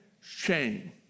shame